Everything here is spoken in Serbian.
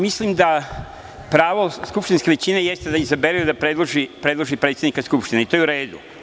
Mislim da pravo skupštinske većine jeste da izabere i predloži predsednika Skupštine i to je uredu.